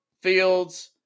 Fields